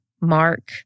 Mark